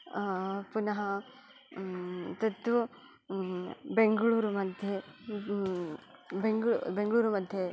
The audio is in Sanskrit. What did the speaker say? पुनः तत्तु बेङ्गलूरु मध्ये बेङ्गलु बेङ्गलूरुमध्ये